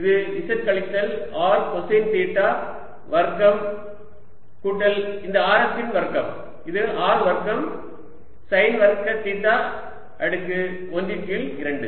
இது z கழித்தல் R cosine theta வர்க்கம் கூட்டல் இந்த ஆரத்தின் வர்க்கம் இது R வர்க்கம் சைன் வர்க்க தீட்டா அடுக்கு 1 கீழ் 2